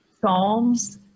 psalms